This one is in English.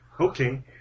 Okay